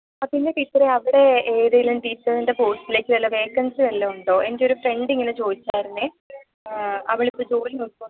ആഹ് പിന്നെ ടീച്ചറെ അവിടെ ഏതെങ്കിലും ടീച്ചറിന്റെ പോസ്റ്റിലേക്ക് വല്ല വേക്കന്സി വല്ലതും ഉണ്ടോ എന്റെയൊരു ഫ്രണ്ട് ഇങ്ങനെ ചോദിച്ചായിരുന്നെ ആഹ് അവളിപ്പം ജോലി നോക്കിക്കൊ